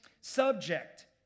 subject